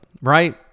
right